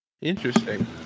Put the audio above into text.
Interesting